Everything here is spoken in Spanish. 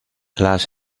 las